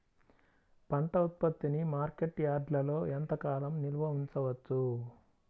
పంట ఉత్పత్తిని మార్కెట్ యార్డ్లలో ఎంతకాలం నిల్వ ఉంచవచ్చు?